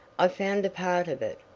i found a part of it.